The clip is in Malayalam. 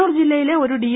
കണ്ണൂർ ജില്ലയിലെ ഒരു ഡി